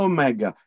Omega